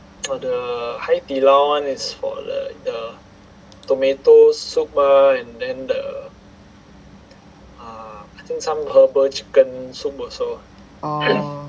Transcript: oh